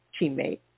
teammate